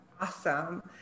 Awesome